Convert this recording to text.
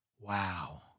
Wow